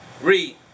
Read